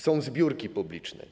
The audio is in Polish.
Są zbiórki publiczne.